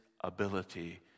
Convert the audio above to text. ability